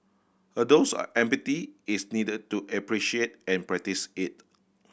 a dose empathy is needed to appreciate and practise it